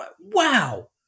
wow